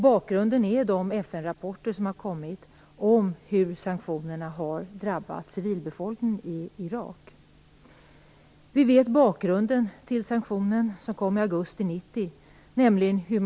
Bakgrunden är de FN rapporter som kommit om hur sanktionerna har drabbat civilbefolkningen i Irak. Vi känner till bakgrunden till sanktionen, som infördes i augusti 1990.